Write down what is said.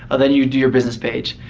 ah then you do your business page.